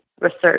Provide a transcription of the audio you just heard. research